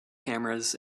cameras